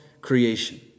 creation